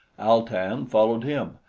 al-tan followed him,